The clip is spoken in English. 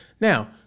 now